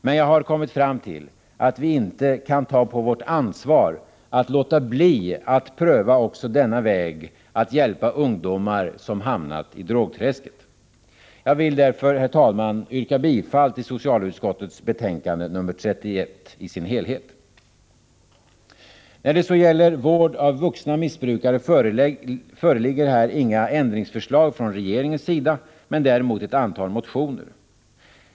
Men jag har kommit fram till, att vi inte kan ta på vårt ansvar att låta bli att pröva också denna vär att hjälpa ungdomar som hamnat i drogträsket. Jag vill därför, herr talman, yrka bifall till socialutskottets hemställan i betänkande nr 31 i dess helhet. När det gäller vård av vuxna missbrukare föreligger inga ändringsförslag från regeringens sida men däremot ett antal motioner.